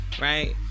right